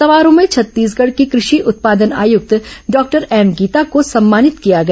समारोह में में छत्तीसगढ़ की कृषि उत्पादन आयुक्त डॉक्टर एम गीता को सम्मानित किया गया